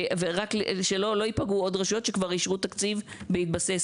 ורק שלא ייפגעו עוד רשויות שכבר אישרו תקציב בהתבסס